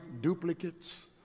duplicates